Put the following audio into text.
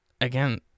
again